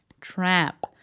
trap